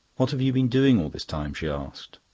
what have you been doing all this time? she asked.